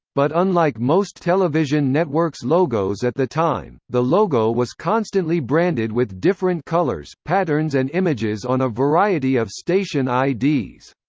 but unlike most television networks' logos at the time, the logo was constantly branded with different colors, patterns and images on a variety of station ids.